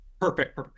Perfect